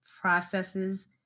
processes